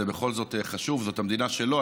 זה בכל זאת חשוב, זאת המדינה שלו.